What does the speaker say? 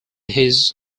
his